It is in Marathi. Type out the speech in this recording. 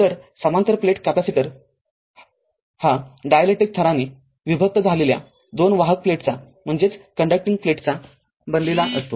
तर समांतर प्लेट कॅपेसिटर हा डायलेक्ट्रिक थराने विभक्त झालेल्या दोन वाहक प्लेट्सचा बनलेला असतो